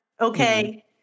Okay